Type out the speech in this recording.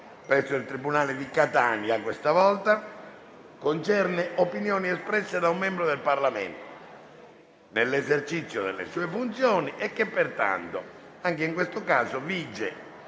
presso il tribunale di Catania, concerne opinioni espresse da un membro del Parlamento nell'esercizio delle sue funzioni e che, pertanto, vige nel caso di